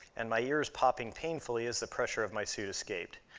and my ears popping painfully as the pressure of my suit escaped.